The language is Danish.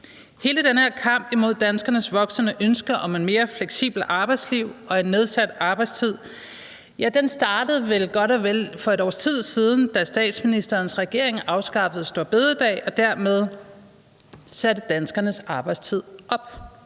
Hele den her kamp imod danskernes voksende ønske om et mere fleksibelt arbejdsliv og en nedsat arbejdstid startede vel for godt og vel et års tid siden, da statsministerens regering afskaffede store bededag og dermed satte danskernes arbejdstid op.